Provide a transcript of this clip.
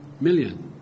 million